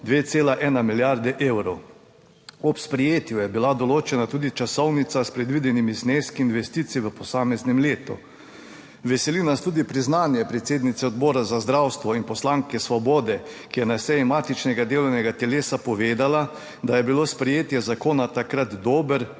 2,1 milijarde evrov. Ob sprejetju je bila določena tudi časovnica s predvidenimi zneski investicij v posameznem letu. Veseli nas tudi priznanje predsednice Odbora za zdravstvo in poslanke Svobode, ki je na seji matičnega delovnega telesa povedala, da je bilo sprejetje zakona takrat dober